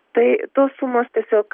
tai tos sumos tiesiog